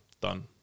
done